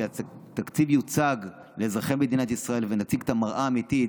כשהתקציב יוצג לאזרחי מדינת ישראל ונציג את המראה האמיתית,